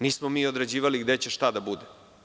Nismo mi određivali gde će šta da bude.